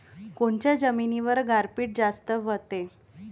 कोनच्या जमिनीवर गारपीट जास्त व्हते?